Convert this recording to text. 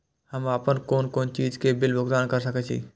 हम आपन कोन कोन चीज के बिल भुगतान कर सके छी?